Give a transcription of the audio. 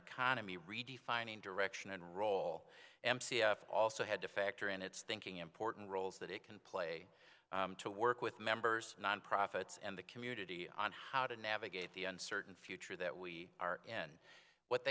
economy redefining direction and role also had to factor in its thinking important roles that it can play to work with members non profits and the community on how to navigate the uncertain future that we are in what